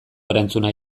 erantzuna